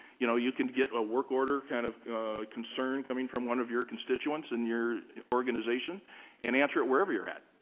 you know, you can get a work order kind of concern coming from one of your consituents in your organization and answer it wherever you're at.